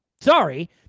Sorry